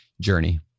journey